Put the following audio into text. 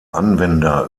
anwender